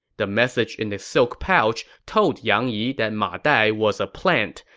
the message in the silk pouch told yang yi that ma dai was a plant,